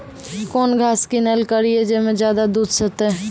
कौन घास किनैल करिए ज मे ज्यादा दूध सेते?